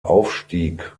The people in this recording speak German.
aufstieg